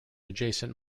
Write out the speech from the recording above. adjacent